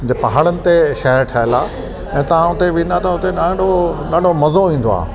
जे पहाड़नि ते शहर ठहियल आहे ऐं तव्हां उते वेंदा त उते ॾाढो ॾाढो मज़ो ईंदो आहे